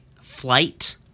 flight